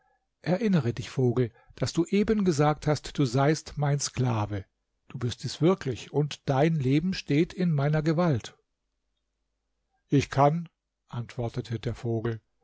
erinnere dich vogel daß du eben gesagt hast du seist mein sklave du bist es wirklich und dein leben steht in meiner gewalt ich kann antwortete der vogel